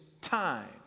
time